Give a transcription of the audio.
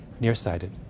nearsighted